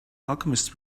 alchemists